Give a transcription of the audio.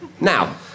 now